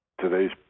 today's